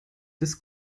des